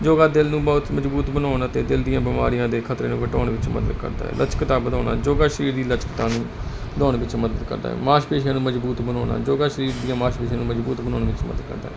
ਯੋਗਾ ਦਿਲ ਨੂੰ ਬਹੁਤ ਮਜਬੂਤ ਬਣਾਉਣ ਤੇ ਦਿਲ ਦੀਆਂ ਬਿਮਾਰੀਆਂ ਦੇ ਖਤਰੇ ਨੂੰ ਘਟਾਉਣ ਵਿੱਚ ਮਦਦ ਕਰਦਾ ਹੈ ਲਚਕਤਾ ਵਧਾਉਣਾ ਜੋਗਾ ਸ਼ਰੀਰ ਦੀ ਲਚਕਤਾਂ ਨੂੰ ਬਣਾਉਣ ਵਿੱਚ ਮਦਦ ਕਰਦਾ ਹੈ ਮਾਸ ਪੇਸੀਆਂ ਨੂੰ ਮਜਬੂਤ ਬਣਾਉਣਾ ਯੋਗਾ ਸਰੀਰ ਦੀਆਂ ਮਾਸ ਪੇਸੀਆਂ ਨੂੰ ਮਜਬੂਤ ਬਣਾਉਣ ਵਿੱਚ ਮਦਦ ਕਰਦਾ